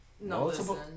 No